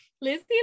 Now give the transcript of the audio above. Lizzie